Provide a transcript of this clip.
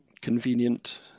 convenient